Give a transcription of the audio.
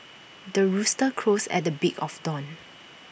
the rooster crows at the break of dawn